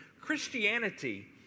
Christianity